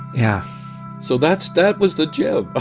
yeah so that's that was the jim. ah